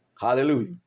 hallelujah